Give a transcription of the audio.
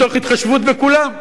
מתוך התחשבות בכולם.